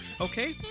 Okay